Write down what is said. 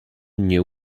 nie